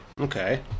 okay